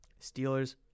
Steelers